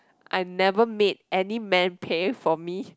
I never made any man pay for me